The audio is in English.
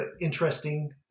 interesting